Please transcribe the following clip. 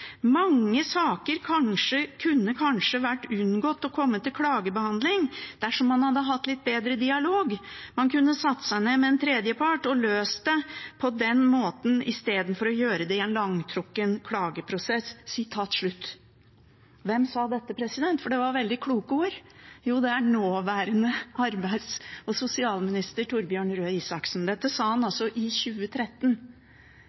Mange saker kunne kanskje unngått å komme til klagebehandling dersom man hadde hatt en litt bedre dialog – man kunne satt seg ned med en tredjepart og løst det på den måten istedenfor å gjøre det til en langtrukken klageprosess.» Hvem sa dette? Det var veldig kloke ord. Jo, det var nåværende arbeids- og sosialminister Torbjørn Røe Isaksen. Dette sa han